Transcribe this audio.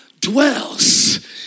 dwells